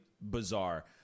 bizarre